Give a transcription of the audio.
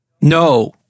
No